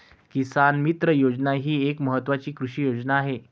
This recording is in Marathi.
किसान मित्र योजना ही एक महत्वाची कृषी योजना आहे